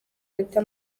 leta